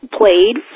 played